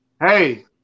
hey